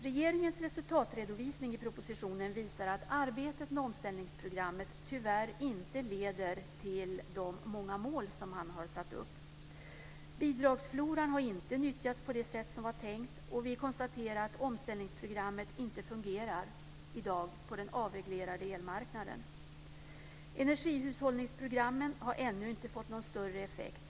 Regeringens resultatredovisning i propositionen visar att arbetet med omställningsprogrammet tyvärr inte leder till de många mål som man har satt upp. Bidragsfloran har inte nyttjats på det sätt som var tänkt. Vi konstaterar att omställningsprogrammet inte fungerar i dag på den avreglerade elmarknaden. Energihushållningsprogrammen har ännu inte fått någon större effekt.